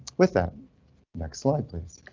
with that next slide, please.